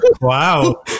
Wow